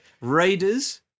Raiders